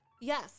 Yes